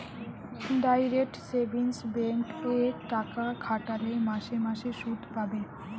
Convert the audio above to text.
direct savings bank এ টাকা খাটালে মাসে মাসে শুধ পাবে